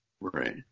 Right